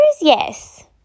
yes